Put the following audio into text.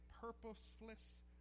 purposeless